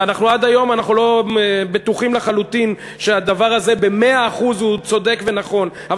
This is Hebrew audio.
אנחנו עד היום לא בטוחים לחלוטין שהדבר הזה הוא צודק ונכון במאה אחוז,